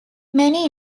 many